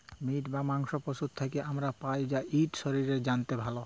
meet বা মাংস পশুর থ্যাকে আমরা পাই, আর ইট শরীরের জ্যনহে ভাল